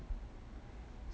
!huh!